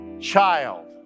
child